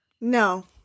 No